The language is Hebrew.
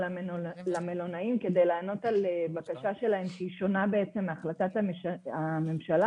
למלונאים כדי לענות על בקשה שלהם ששונה מהחלטת הממשלה,